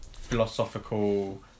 philosophical